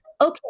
Okay